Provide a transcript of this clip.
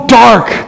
dark